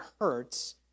hurts